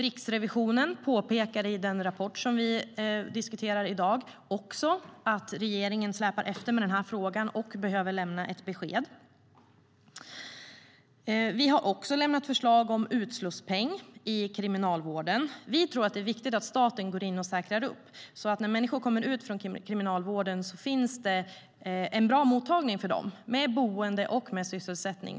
Riksrevisionen påpekade i den rapport som vi diskuterar i dag att regeringen släpar efter i den här frågan och behöver lämna ett besked. Vi har också lämnat förslag om en utslussningspeng i kriminalvården. Vi tror att det är viktigt att staten går in och säkrar upp detta, så att det finns en bra mottagning med boende och sysselsättning när människor kommer ut från kriminalvården.